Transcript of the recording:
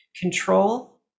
control